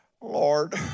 Lord